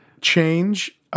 change